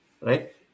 right